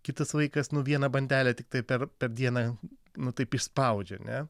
kitas vaikas nu vieną bandelę tiktai per per dieną nu taip išspaudžia ne